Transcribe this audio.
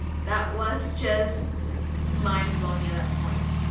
that was just mind-blowing at that point.